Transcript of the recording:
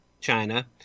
China